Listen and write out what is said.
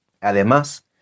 Además